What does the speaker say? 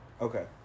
okay